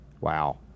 Wow